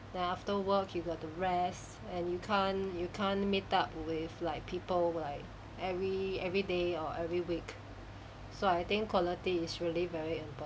then after work you gotta rest and you can't you can't meet up with like people like every every day or every week so I think quality is really very important